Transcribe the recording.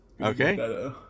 Okay